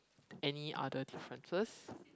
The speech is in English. any other differences